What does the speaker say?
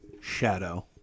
shadow